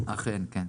אכן, כן.